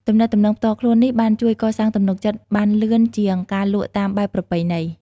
ទំនាក់ទំនងផ្ទាល់ខ្លួននេះបានជួយកសាងទំនុកចិត្តបានលឿនជាងការលក់តាមបែបប្រពៃណី។